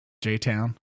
J-Town